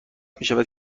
میشود